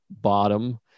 bottom